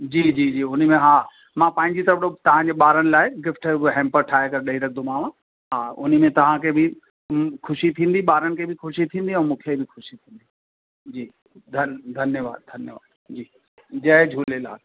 जी जी जी हुन में हा मां पंहिंजी तर्फ़ु ॾों तव्हांजे ॿारनि लाइ गिफ़्ट ह हैम्पर ठाहे करे ॾेई रखंदोमांव हा हुन में तव्हांखे बि ख़ुशी थींदी ॿारनि खे बि ख़ुशी थींदी ऐं मूंखे बि ख़ुशी थींदी जी धन धन्यवादु धन्यवादु जी जय झूलेलाल